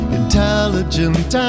intelligent